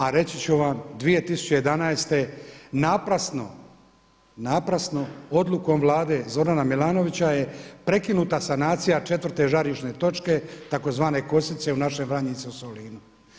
A reći ću vam 2011. naprasno odlukom vlade Zorana Milanovića je prekinuta sanacija četvrte žarišne točke tzv. Kosice u našem Vranjicu u Solinu.